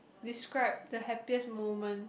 describe the happiest moment